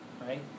right